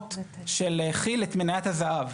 ההפרות של כי"ל, את מניית הזהב.